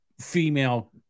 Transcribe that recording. female